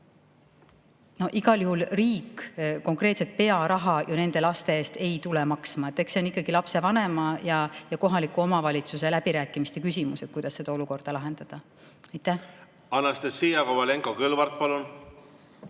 igal juhul riik konkreetselt pearaha nende laste eest ei maksa. Eks see on ikkagi lapsevanema ja kohaliku omavalitsuse läbirääkimiste küsimus, kuidas selline olukord lahendada. Anastassia Kovalenko-Kõlvart, palun!